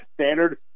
standard